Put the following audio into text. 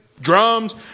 drums